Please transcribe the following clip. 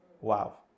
Wow